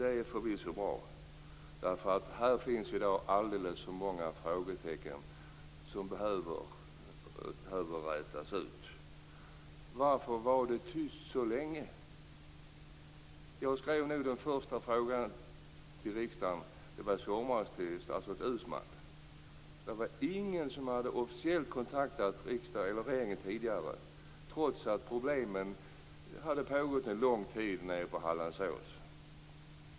Det är förvisso bra, därför att här finns alldeles för många frågetecken som behöver rätas ut. Varför var det tyst så länge? Jag skrev den första frågan i riksdagen till statsrådet Uusmann i somras. Det var ingen som officiellt hade kontaktat riksdag eller regering tidigare, trots att problemen hade funnits under lång tid nere på Hallandsås.